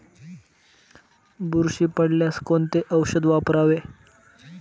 बुरशी पडल्यास कोणते औषध वापरावे?